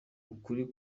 ukuri